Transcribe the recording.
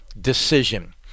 decision